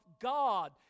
God